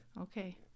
Okay